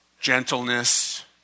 gentleness